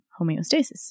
homeostasis